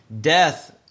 Death